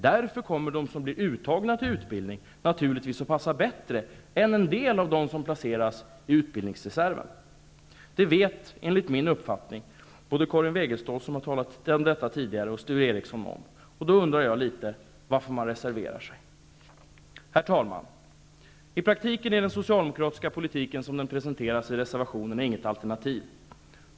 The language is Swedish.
Därför kommer de uttagna naturligtvis att passa bättre än en del av dem som placeras i utbildningsreserven. Detta vet både Karin Wegestål och Sture Ericson. Varför då reservera sig? Herr talman! I praktiken är den socialdemokratiska politiken, som den presenteras i reservationerna, inget alternativ.